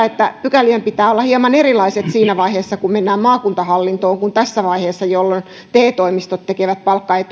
että pykälien pitää olla hieman erilaiset siinä vaiheessa kun mennään maakuntahallintoon kuin tässä vaiheessa jolloin te toimistot tekevät